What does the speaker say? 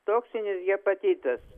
toksinis hepatitas